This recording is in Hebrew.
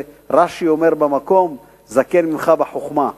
רש"י אומר במקום: זקן ממך בחוכמה,